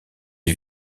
est